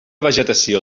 vegetació